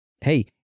Hey